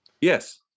Yes